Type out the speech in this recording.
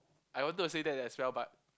I wanted to say that as well but